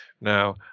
Now